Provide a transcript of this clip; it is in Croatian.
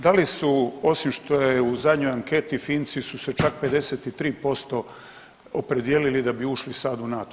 Da li su osim što je u zadnjoj anketi Finci su se čak 53% opredijelili da bi ušli sad u NATO.